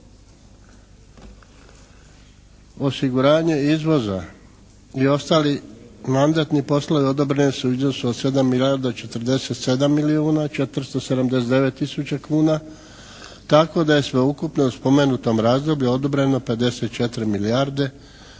Osiguranje izvoza i ostali mandatni poslovi odobreni su u iznosu od 7 milijarda 47 milijuna 479 tisuća kuna tako da je sve ukupno u spomenutom razdoblju odobreno 54 milijarde 335